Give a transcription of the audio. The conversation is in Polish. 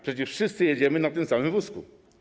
Przecież wszyscy jedziemy na tym samym wózku.